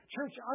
Church